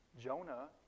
Jonah